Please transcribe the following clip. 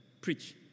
preach